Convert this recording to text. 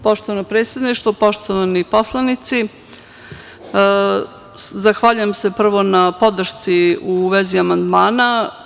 Poštovano predsedništvo, poštovani poslanici, zahvaljujem se, prvo, na podršci u vezi amandmana.